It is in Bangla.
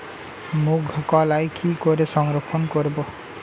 মুঘ কলাই কি করে সংরক্ষণ করব?